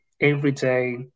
everyday